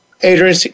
Adrian